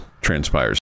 transpires